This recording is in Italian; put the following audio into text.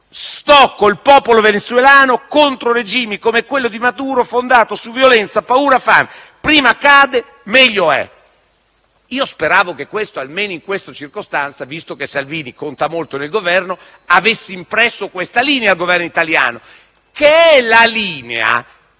«Sto con il popolo venezuelano e contro i regimi come quello di Maduro, fondato su violenza, paura e fame. Quanto prima cade, senza ulteriori scontri, meglio è». Io speravo che almeno in questa circostanza, visto che Salvini conta molto nel Governo, avesse impresso questa linea al Governo italiano, che è la linea